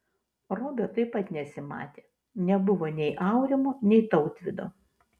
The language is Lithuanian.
robio taip pat nesimatė nebuvo nei aurimo nei tautvydo